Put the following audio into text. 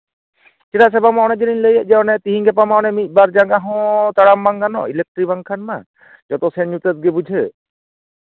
ᱪᱮᱫᱟᱜ ᱥᱮ ᱵᱟᱝᱢᱟ ᱚᱱᱮ ᱡᱮᱞᱤᱧ ᱞᱟᱹᱭᱮᱫ ᱛᱤᱦᱤᱧ ᱜᱟᱯᱟ ᱢᱟ ᱚᱱᱮ ᱢᱤᱫ ᱵᱟᱨ ᱡᱟᱸᱜᱟ ᱦᱚᱸ ᱛᱟᱲᱟᱢ ᱵᱟᱝ ᱜᱟᱱᱚᱜ ᱤᱞᱮᱠᱴᱨᱤ ᱵᱟᱝᱠᱷᱟᱱ ᱢᱟ ᱡᱚᱛᱚ ᱥᱮᱱ ᱧᱩᱛᱟᱹᱛ ᱜᱮ ᱵᱩᱡᱷᱟᱹᱜ